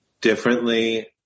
differently